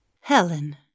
Helen